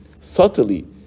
subtly